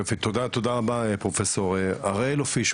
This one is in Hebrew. תודה רבה פרופסור הראל פיש.